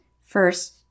First